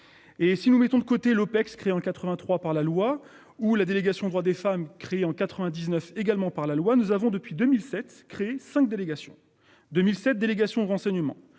Et si nous mettons de côté l'OPEX créée en 83 par la loi ou la délégation aux droits des femmes crient en 99 également par la loi. Nous avons depuis 2007 crée 5 délégations 2007 délégation renseignement